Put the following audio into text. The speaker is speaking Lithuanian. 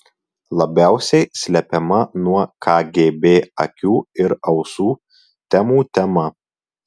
labiausiai slepiama nuo kgb akių ir ausų temų tema